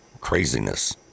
craziness